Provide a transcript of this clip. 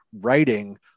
writing